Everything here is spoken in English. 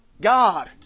God